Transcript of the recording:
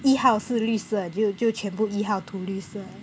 一号是绿色就就全部一号涂绿色